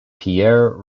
pierre